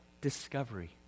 discovery